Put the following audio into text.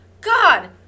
god